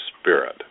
spirit